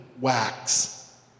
wax